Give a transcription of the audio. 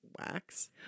Wax